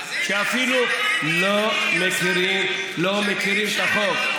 ואפילו לא מכירים את החוק.